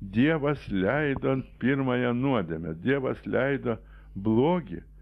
dievas leido ant pirmąją nuodėmę dievas leido blogį